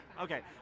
Okay